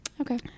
Okay